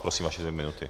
Prosím, vaše dvě minuty.